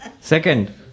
Second